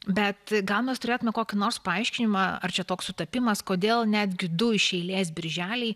bet gal mes turėtume kokį nors paaiškinimą ar čia toks sutapimas kodėl netgi du iš eilės birželiai